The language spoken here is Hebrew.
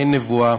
אין נבואה,